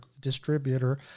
distributor